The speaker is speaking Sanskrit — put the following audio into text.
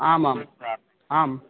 आमाम् आम्